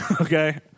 okay